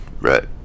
right